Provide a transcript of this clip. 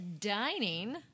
dining